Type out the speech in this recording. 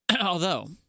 although-